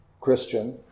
Christian